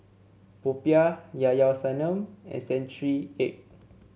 popiah Llao Llao Sanum and Century Egg